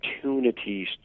opportunities